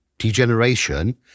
degeneration